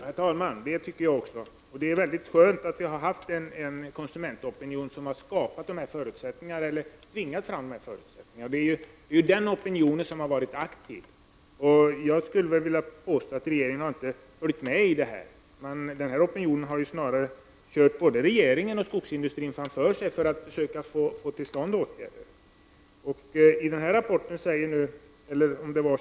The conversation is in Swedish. Herr talman! Det tycker jag också. Det är mycket skönt att vi har haft en konsumentopinion som har tvingat fram dessa förutsättningar. Det är den opinionen som har varit aktiv. Jag skulle vilja påstå att regeringen inte har följt med i denna utveckling. Opinionen har snarare kört både regeringen och skogsindustrin framför sig för att söka få till stånd åtgärder.